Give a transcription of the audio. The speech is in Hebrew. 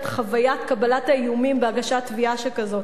חוויית קבלת האיומים בהגשת תביעה שכזאת,